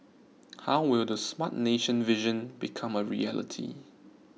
how will the Smart Nation vision become a reality